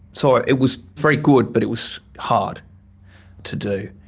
so it was very good but it was hard to do.